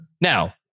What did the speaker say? Now